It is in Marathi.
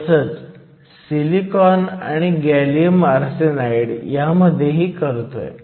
तसंच सिलिकॉन आणि गॅलियम आर्सेनाईड मध्येही करतोय